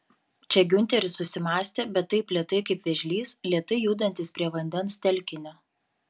čia giunteris susimąstė bet taip lėtai kaip vėžlys lėtai judantis prie vandens telkinio